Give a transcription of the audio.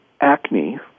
acne